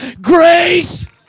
Grace